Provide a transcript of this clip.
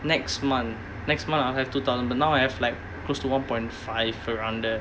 next month next month I'll have two thousand but now I have like close to one point five around there